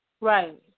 Right